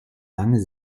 lange